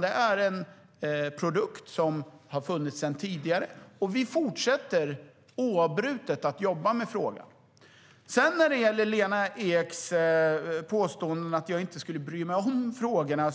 Det är en produkt som har funnits sedan tidigare, och vi fortsätter oavbrutet att jobba med frågan. När det gäller Lena Eks påstående att jag inte skulle bry mig om frågorna